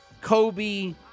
Kobe